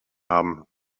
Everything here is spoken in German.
haben